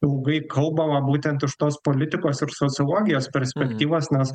ilgai kalbama būtent iš tos politikos ir sociologijos perspektyvos nes